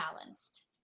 balanced